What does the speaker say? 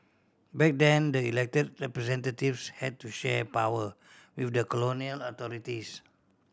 back then the elected representatives had to share power with the colonial authorities